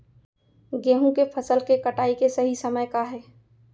गेहूँ के फसल के कटाई के सही समय का हे?